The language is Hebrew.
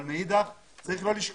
אבל מאידך צריך לא לשכוח,